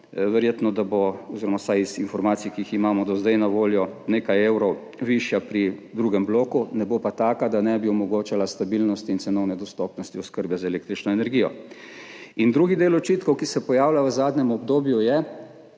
verjetno bo, oziroma vsaj iz informacij, ki jih imamo do zdaj na voljo, nekaj evrov višja pri drugem bloku, ne bo pa taka, da ne bi omogočala stabilnosti in cenovne dostopnosti oskrbe z električno energijo. Drugi del očitkov, ki se pojavlja v zadnjem obdobju, ki